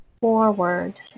forward